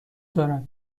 دارد